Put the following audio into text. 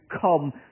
come